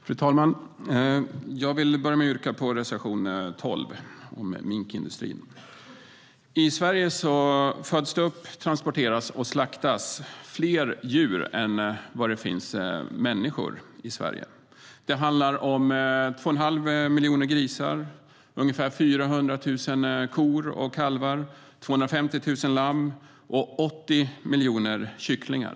Fru talman! Jag vill börja med att yrka bifall till reservation 12 om minkindustrin.I Sverige föds det upp, transporteras och slaktas fler djur än det finns människor i landet. Det handlar om 2 1⁄2 miljon grisar, ungefär 400 000 kor och kalvar, 250 000 lamm och 80 miljoner kycklingar.